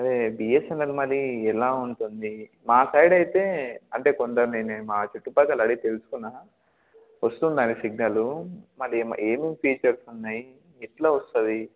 అదే బిఎస్ఎన్ఎల్ మరి ఎలా ఉంటుంది మా సైడ్ అయితే అంటే కొందరు నేనే మా చుట్టుపక్కల అడిగి తెలుసుకున్నాను వస్తున్నాది సిగ్నలు మళ్ళీ ఏమేం ఫీచర్స్ ఉన్నాయి ఎలా వస్తుంది